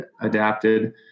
adapted